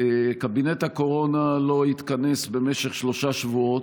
קבינט הקורונה לא התכנס במשך שלושה שבועות.